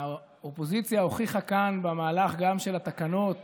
שהאופוזיציה הוכיחה כאן גם במהלך של התקנות